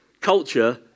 culture